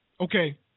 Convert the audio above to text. Okay